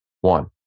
One